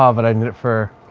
um but i need it for,